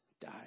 died